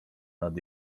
nad